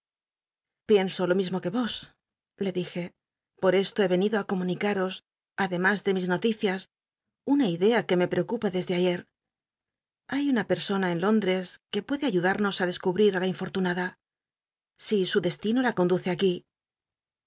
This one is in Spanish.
pienso lo mismo que vos le dije por esto he venido i com unicaros ademas de mis noticias una idea que me peocupa dasdc ayer llay una persona en lóndres que puede ayudmnos ti de cubrir la infortunada si su destino la conduce aquí